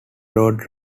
road